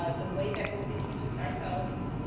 ah the way that we'll introduce ourselves is,